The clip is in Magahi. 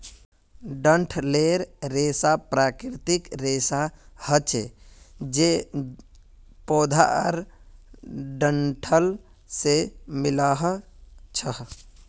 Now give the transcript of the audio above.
डंठलेर रेशा प्राकृतिक रेशा हछे जे पौधार डंठल से मिल्आ छअ